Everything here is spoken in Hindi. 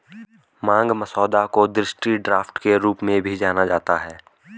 मांग मसौदा को दृष्टि ड्राफ्ट के रूप में भी जाना जाता है